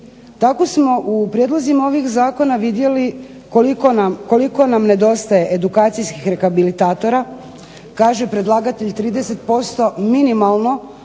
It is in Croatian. Tako smo u prijedlozima ovih zakona vidjeli koliko nam nedostaje edukacijskih rehabilitatora, kaže predlagatelj 30% minimalno